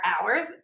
hours